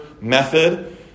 method